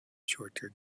shorter